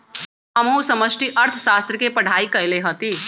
हमहु समष्टि अर्थशास्त्र के पढ़ाई कएले हति